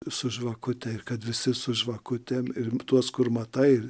su žvakute ir kad visi su žvakutėm ir tuos kur matai